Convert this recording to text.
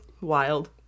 wild